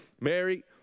Mary